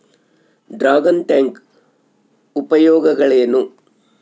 Dragon tank ಉಪಯೋಗಗಳೇನು?